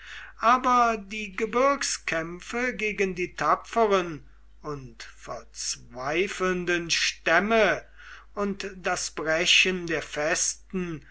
aber die gebirgskämpfe gegen die tapferen und verzweifelnden stämme und das brechen der festen